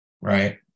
right